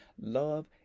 love